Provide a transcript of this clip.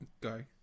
Go